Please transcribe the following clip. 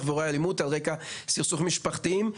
ואלימות על רקע של סכסוכים משפחתיים.